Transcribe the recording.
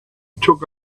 took